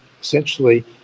essentially